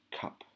Cup